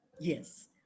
yes